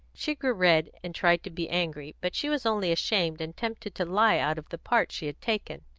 she grew red, and tried to be angry, but she was only ashamed and tempted to lie out of the part she had taken.